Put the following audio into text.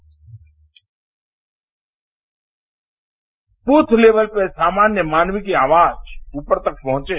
bite breath level पर सामान्य मानव की आवाज ऊपर तक पहुंचे